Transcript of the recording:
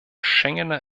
schengener